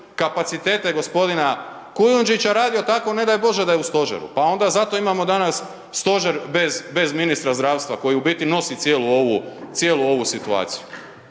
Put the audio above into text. kapacitete gospodina Kujundžića radio tako ne daj Bože da je u stožeru pa onda zato imamo danas stožer bez ministra zdravstva koji u biti nosi cijelu ovu situaciju.